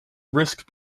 risk